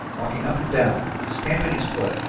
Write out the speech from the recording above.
walking up and down, stamping his foot,